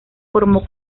formó